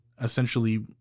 essentially